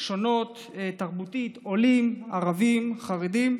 ושונות תרבותית, עולים, ערבים, חרדים.